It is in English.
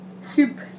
soup